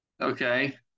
Okay